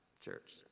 Church